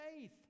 faith